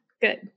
Good